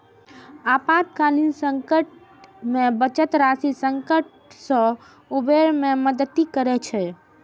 आपातकालीन संकट मे बचत राशि संकट सं उबरै मे मदति करै छै